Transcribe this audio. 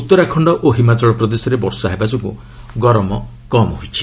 ଉତ୍ତରାଖଣ୍ଡ ଓ ହିମାଚଳ ପ୍ରଦେଶରେ ବର୍ଷା ହେବାଯୋଗୁଁ ଗରମ କମ୍ ହୋଇଛି